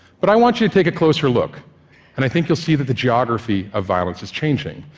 but i want you to take a closer look, and i think you'll see that the geography of violence is changing,